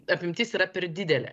apimtis yra per didelė